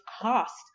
cost